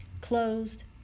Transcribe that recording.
Closed